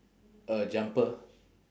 a jumper